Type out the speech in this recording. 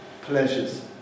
pleasures